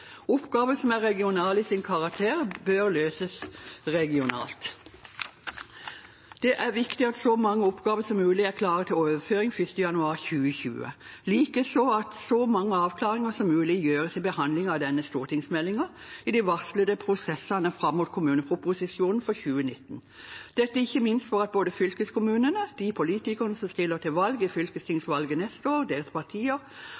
Oppgaver som er regionale i sin karakter, bør løses regionalt. Det er viktig at så mange oppgaver som mulig er klare til overføring 1. januar 2020. Likeså er det viktig at så mange avklaringer som mulig gjøres i behandlingen av denne stortingsmeldingen i de varslede prosessene fram mot kommuneproposisjonen for 2019 – dette ikke minst for at både fylkeskommunene, de politikere som stiller til valg i fylkestingsvalget neste år, deres partier